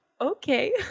Okay